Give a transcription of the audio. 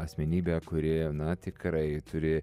asmenybę kuri na tikrai turi